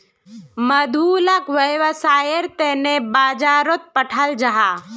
मधु लाक वैव्सायेर तने बाजारोत पठाल जाहा